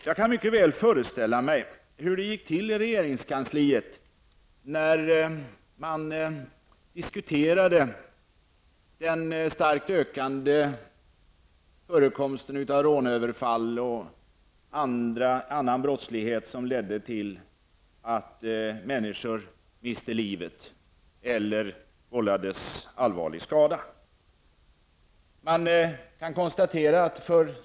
Jag kan mycket väl föreställa mig hur det gick till i regeringskansliet när man diskuterade den starkt ökande förekomsten av rånöverfall och annan brottslighet som ledde till att människor miste livet eller vållades allvarlig skada.